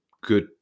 good